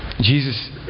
Jesus